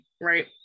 right